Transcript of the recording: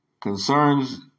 concerns